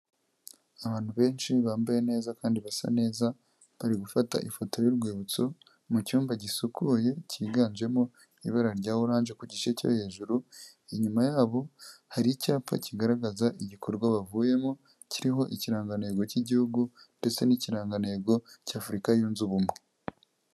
Abantu benshi bambaye neza kandi basa neza, bari gufata ifoto y'urwibutso mu cyumba gisukuye cyiganjemo ibara rya orange ku gice cyo hejuru , inyuma yabo hari icyapa kigaragaza igikorwa bavuyemo, kiriho ikirangantego cy'igihugu ndetse n'ikirangantego cy' Afurika yunze ubumwe.